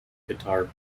guitar